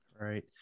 right